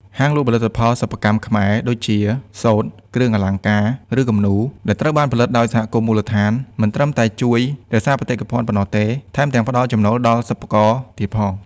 ហាងលក់ផលិតផលសិប្បកម្មខ្មែរ ដូចជាសូត្រ គ្រឿងអលង្ការ ឬគំនូរ ដែលត្រូវបានផលិតដោយសហគមន៍មូលដ្ឋាន មិនត្រឹមតែជួយរក្សាបេតិកភណ្ឌប៉ុណ្ណោះទេ ថែមទាំងផ្តល់ចំណូលដល់សិប្បករទៀតផង។